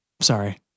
Sorry